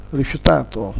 rifiutato